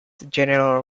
general